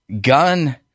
Gun